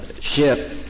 ship